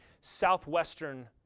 southwestern